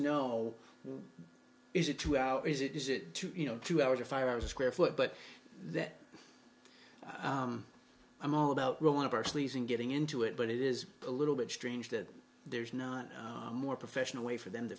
know is it two out is it is it you know two hours or five hours a square foot but that i'm all about one of our sleeves and getting into it but it is a little bit strange that there's not a more professional way for them to